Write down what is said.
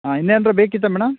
ಹಾಂ ಇನ್ನೇನಾರ ಬೇಕಿತ್ತಾ ಮೇಡಮ್